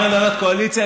חבר הנהלת קואליציה,